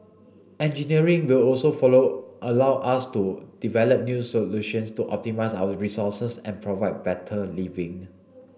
engineering will also follow allow us to develop new solutions to optimise our resources and provide better living